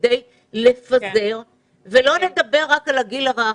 לא לדבר רק על הגיל הרך.